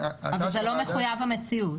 אבל זה לא מחויב המציאות.